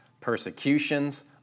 persecutions